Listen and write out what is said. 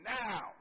now